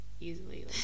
easily